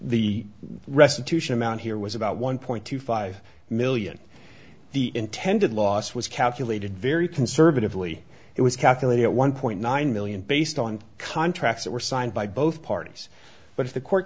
the restitution amount here was about one point two five million the intended loss was calculated very conservatively it was calculated at one point nine million based on contracts that were signed by both parties but if the court